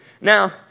Now